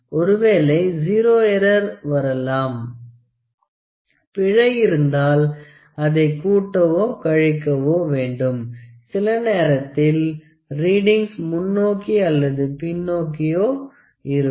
ஒருவேளை zero error வரலாம் பிழை இருந்தால் அதை கூட்டவோ கழிக்கவோ வேண்டும் சில நேரத்தில் ரீடிங்ஸ் முன்னோக்கி அல்லது பின்னோக்கியோ இருக்கும்